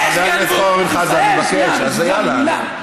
טבל ויצא ובירך ועשה מה שהוא עשה.